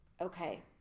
okay